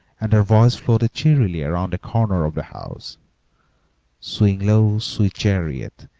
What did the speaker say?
and her voice floated cheerily around the corner of the house swing low, sweet chariot,